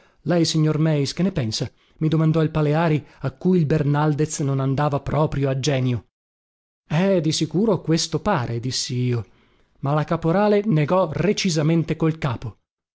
ridendo lei signor meis che ne pensa mi domandò il paleari a cui il bernaldez non andava proprio a genio eh di sicuro questo pare dissi io ma la caporale negò recisamente col capo